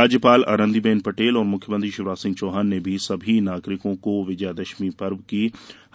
राज्यपाल आनंदी बेन पटेल और मुख्यमंत्री शिवराज सिंह चौहान ने भी सभी नागरिको को विजयादशमी पर्व की